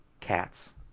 cats